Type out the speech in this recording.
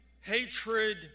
hatred